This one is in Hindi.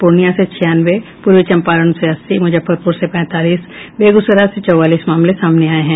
पूर्णिया से छियानवे पूर्वी चंपारण से अस्सी मुजफ्फरपुर से पैंतालीस और बेगूसराय से चौवालीस मामले सामने आये हैं